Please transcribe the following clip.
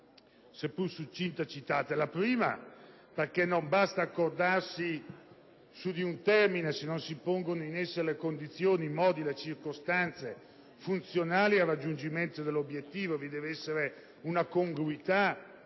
seppur succinta, citate. La prima è che non basta accordarsi su un termine se non si pongono in essere le condizioni, i modi, le circostanze funzionali al raggiungimento dell'obiettivo, che deve essere congruo